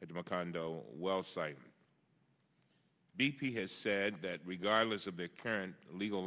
at the condo well site b p has said that regardless of the current legal